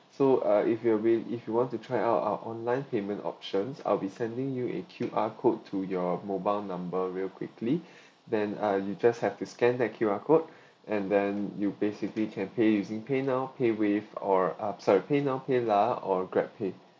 so ah if you will if you want to try out our online payment options ah we sending you a Q_R code to your mobile number real quickly then ah you just have to scan the Q_R code and then you basically can pay using paynow paywave or ah sorry paynow paylah or grabpay